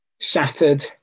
shattered